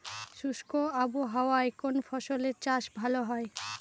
শুষ্ক আবহাওয়ায় কোন ফসলের চাষ ভালো হয়?